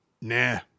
nah